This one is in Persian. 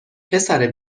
پسر